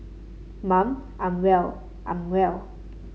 mum I'm well I'm well